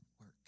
work